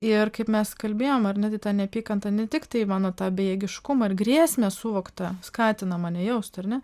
ir kaip mes kalbėjome ar ne tai ta neapykanta ne tik tai mano tą bejėgiškumą ir grėsmę suvoktą skatinama nejaust ar ne